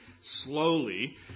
slowly